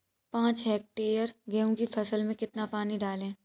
पाँच हेक्टेयर गेहूँ की फसल में कितना पानी डालें?